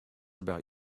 about